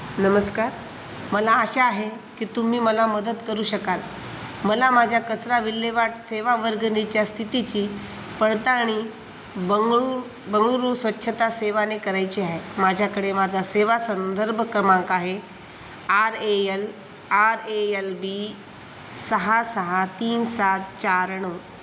नमस्कार मला आशा आहे की तुम्ही मला मदत करू शकाल मला माझ्या कचरा विल्हेवाट सेवा वर्गणीच्या स्थितीची पडताळणी बंगळुरू बंगळुरू स्वच्छता सेवेने करायची आहे माझ्याकडे माझा सेवा संदर्भ क्रमांक आहे R A L R A L B सहा सहा तीन सात चार नऊ